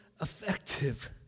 effective